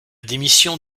démission